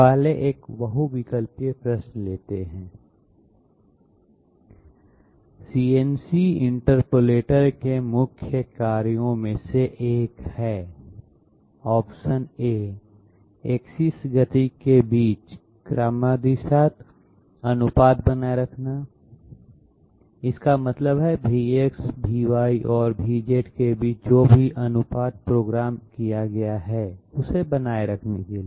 पहले एक बहुविकल्पीय प्रश्न करते हैं सीएनसी इंटरपोलेटर के मुख्य कार्यों में से एक है एक्सिस गति के बीच क्रमादेशित अनुपात बनाए रखना इसका मतलब है कि Vx Vy और Vz के बीच जो भी अनुपात प्रोग्राम किया गया है उसे बनाए रखने के लिए